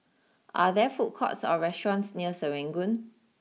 are there food courts or restaurants near Serangoon